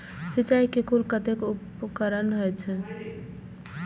सिंचाई के कुल कतेक उपकरण होई छै?